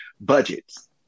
budgets